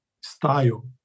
style